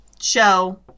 show